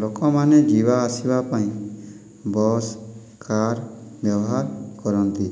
ଲୋକମାନେ ଯିବାଆସିବା ପାଇଁ ବସ୍ କାର୍ ବ୍ୟବହାର କରନ୍ତି